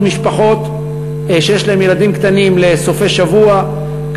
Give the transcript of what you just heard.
משפחות שיש להן ילדים קטנים לסופי שבוע,